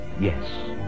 Yes